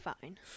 fine